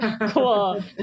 Cool